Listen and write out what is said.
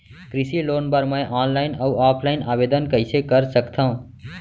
कृषि लोन बर मैं ऑनलाइन अऊ ऑफलाइन आवेदन कइसे कर सकथव?